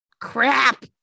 crap